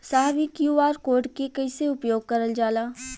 साहब इ QR code के कइसे उपयोग करल जाला?